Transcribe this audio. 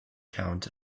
count